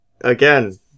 again